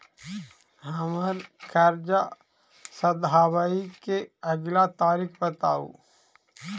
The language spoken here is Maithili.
हम्मर कर्जा सधाबई केँ अगिला तारीख बताऊ?